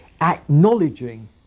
Acknowledging